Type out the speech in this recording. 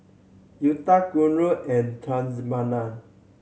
Udai Guru and Thamizhavel